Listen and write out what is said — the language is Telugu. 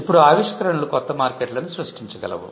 ఇప్పుడు ఆవిష్కరణలు కొత్త మార్కెట్లను సృష్టించగలవు